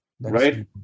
Right